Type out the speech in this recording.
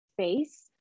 space